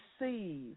receive